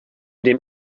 dem